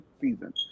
season